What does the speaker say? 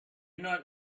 not